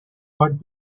what